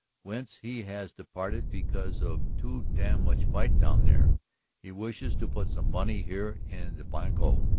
whence he has departed because of too damn much fight down there he wishes to put some money here in the banco,